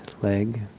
leg